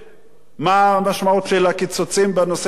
מה המשמעות של הקיצוצים בנושא השיכון.